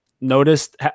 noticed